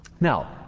Now